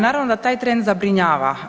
Naravno da taj trend zabrinjava.